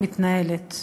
מתנהלת,